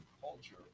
culture